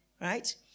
Right